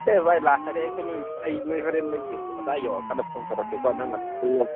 ꯑꯦ ꯚꯥꯏ ꯂꯥꯛꯀꯅꯤ ꯑꯩꯈꯣꯏ ꯅꯣꯏ ꯑꯩ ꯅꯣꯏ ꯍꯣꯔꯦꯟ ꯒꯦꯠ ꯑꯗꯥꯏ ꯌꯧꯔ ꯀꯥꯟꯗ ꯐꯣꯟ ꯇꯧꯔꯛꯀꯦꯀꯣ ꯅꯪ ꯑꯗꯨꯝ ꯊꯣꯛꯂꯛꯑꯣ